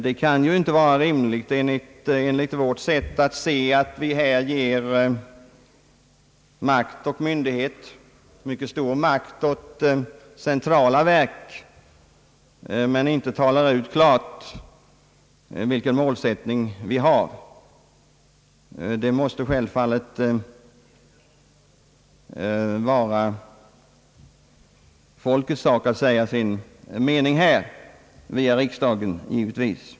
Det kan inte vara rimligt enligt vårt sätt att se att vi här ger mycket stor makt och myndighet åt centrala verk men inte klart uttalar vilken målsättning vi har. Det måste självfallet vara folkets sak att via riksdagen säga sin mening här.